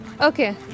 Okay